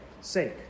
sake